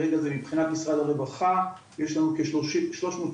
ברגע זה מבחינת משרד הרווחה יש לנו כשלוש מאות